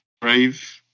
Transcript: brave